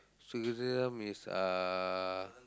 is uh